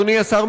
אדוני השר,